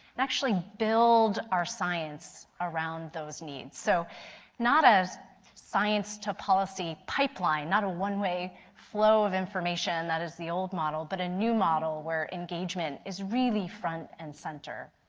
and actually build our science around those needs. so not a science to policy pipeline, not a one-way flow of information that is the old model but a new model where engagement is really front and center.